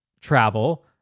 travel